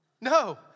No